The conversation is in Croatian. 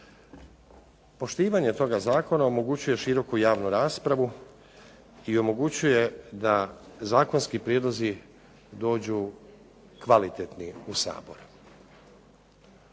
Poštivanje toga zakona omogućuje široku javnu raspravu, i omogućuje da zakonski prijedlozi dođu kvalitetni u Sabor.